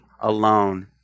alone